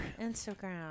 Instagram